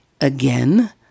Again